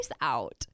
out